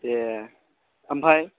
ए ओमफ्राय